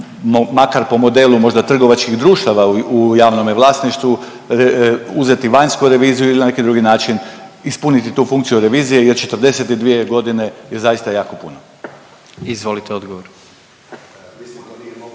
makar po modelu možda trgovačkih društava u javnome vlasništvu uzeti vanjsku reviziju ili na neki drugi način ispuniti tu funkciju revizije jer 42 godine je zaista jako puno. **Jandroković,